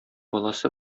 баласы